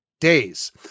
days